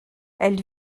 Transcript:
elle